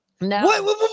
No